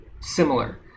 similar